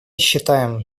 считаем